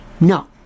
no